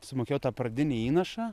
sumokėjau tą pradinį įnašą